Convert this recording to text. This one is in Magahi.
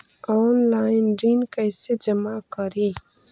ऑनलाइन ऋण कैसे जमा करी?